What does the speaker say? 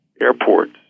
airports